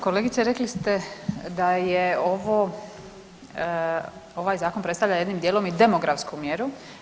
Kolegice rekli ste da je ovo, ovaj zakon predstavlja jednim dijelom i demografsku mjeru.